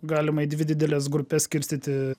galima į dvi dideles grupes skirstyti